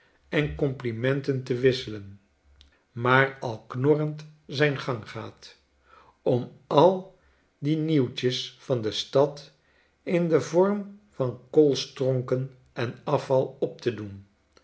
en complimenten te wisselen maar al knorrende zijn gang gaat om al de nieuwtjes van de stad in den vorm van koolstronken en afval op te doen